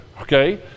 okay